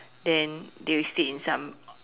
then then we stayed in some